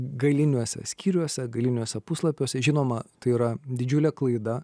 galiniuose skyriuose galiniuose puslapiuose žinoma tai yra didžiulė klaida